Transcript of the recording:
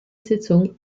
sitzung